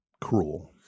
cruel